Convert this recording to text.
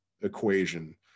equation